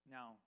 Now